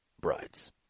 brides